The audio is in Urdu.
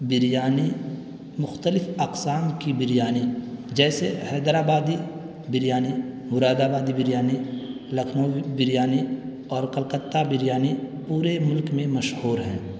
بریانی مختلف اقسام کی بریانی جیسے حیدرآبادی بریانی مرادآبادی بریانی لکھنؤ بریانی اور کلکتہ بریانی پورے ملک میں مشہور ہیں